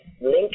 link